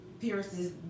pierces